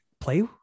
play